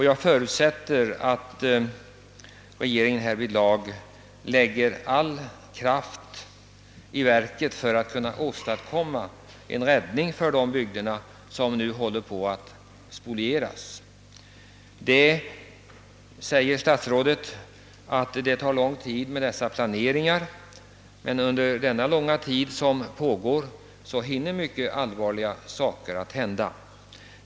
Jag förutsätter att regeringen med all kraft försöker rädda de bygder som nu håller på att spolieras. Statsrådet säger att dessa planeringar tar lång tid. Det är riktigt och under tiden kommer allvarliga förändringar att inträffa inom näringslivet.